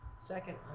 Second